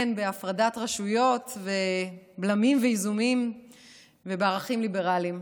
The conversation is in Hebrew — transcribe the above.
בהפרדת רשויות, בבלמים ואיזונים ובערכים ליברליים.